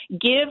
Give